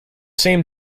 same